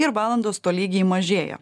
ir valandos tolygiai mažėja